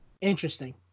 interesting